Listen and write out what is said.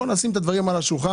בואו נשים את הדברים על השולחן.